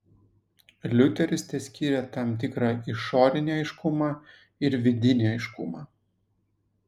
liuteris teskyrė tam tikrą išorinį aiškumą ir vidinį aiškumą